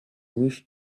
wish